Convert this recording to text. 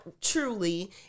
truly